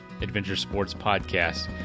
adventuresportspodcast